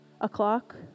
o'clock